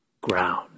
ground